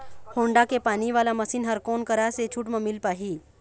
Honda के पानी वाला मशीन हर कोन करा से छूट म मिल पाही?